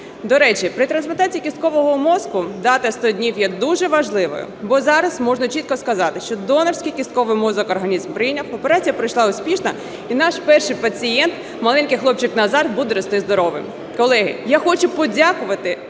До речі, при трансплантації кісткового мозку дата 100 днів є дуже важливою, бо зараз можна чітко сказати, що донорський кістковий мозок організм прийняв, операція пройшла успішно, і наш перший пацієнт – маленький хлопчик Назар буде рости здоровим. Колеги, я хочу подякувати